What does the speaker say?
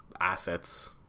assets